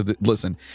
Listen